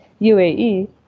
UAE